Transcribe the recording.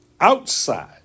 outside